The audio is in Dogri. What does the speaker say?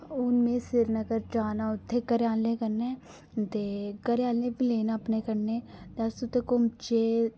हून में श्रीनगर जाना उत्थै घरें आह्लें कन्नै ते घरे आह्ले बी लैन अपने कन्नै ते अस उत्थै घूमचै